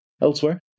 Elsewhere